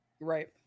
right